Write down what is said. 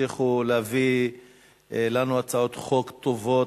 ותמשיכו להביא לנו הצעות חוק טובות,